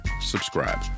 subscribe